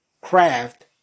Craft